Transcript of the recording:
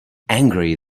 angry